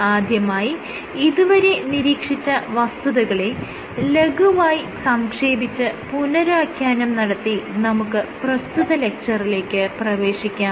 ആദ്യമായി ഇതുവരെ നിരീക്ഷിച്ച വസ്തുതകളെ ലഘുവായി സംക്ഷേപിച്ചു പുനരാഖ്യാനം നടത്തി നമുക്ക് പ്രസ്തുത ലെക്ച്ചറിലേക്ക് പ്രവേശിക്കാം